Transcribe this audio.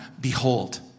Behold